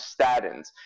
statins